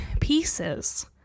pieces